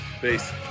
peace